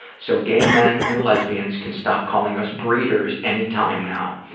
so gay men and lesbians can stop calling us breeders any time now.